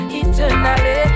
eternally